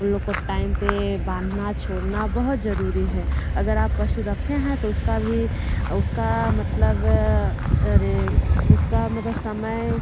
उन लोग को टाइम पर बाँधना छोड़ना बहुत ज़रूरी है अगर आप पशु रखे हैं तो उसका भी उसका मतलब अरे उसका मतलब समय